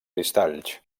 cristalls